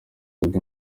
uzwi